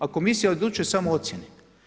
A komisija odlučuje samo o ocjeni.